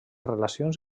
relacions